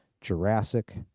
Jurassic